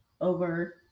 over